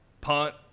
Punt